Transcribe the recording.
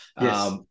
Yes